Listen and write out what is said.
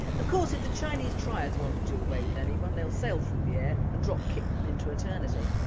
of course if the chinese triads want to do away with anyone they will sail through the air and drop kick them into eternity!